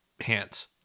hands